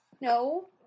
No